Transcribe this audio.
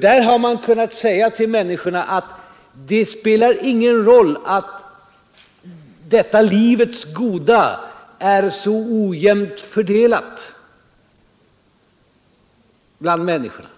Där har man kunnat säga till människorna att det spelar ingen roll att detta livets goda är så ojämnt fördelat bland människorna,